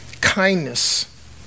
kindness